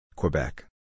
Quebec